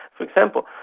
for example,